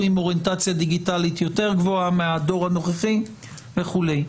עם אוריינטציה דיגיטלית יותר גבוהה מהדור הנוכחי וכולי.